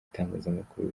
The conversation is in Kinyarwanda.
itangazamakuru